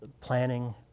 planning